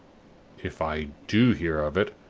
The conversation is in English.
if i do hear of it,